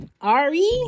Ari